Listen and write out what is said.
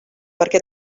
perquè